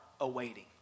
awaiting